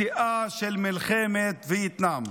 בשיאה של מלחמת וייטנאם: